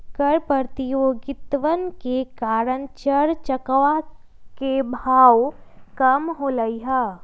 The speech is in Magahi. कर प्रतियोगितवन के कारण चर चकवा के भाव कम होलय है